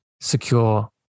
secure